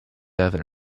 other